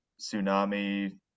tsunami